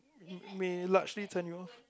it may largely turn you off